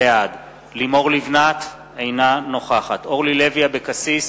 בעד לימור לבנת, אינה נוכחת אורלי לוי אבקסיס,